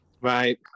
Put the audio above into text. Right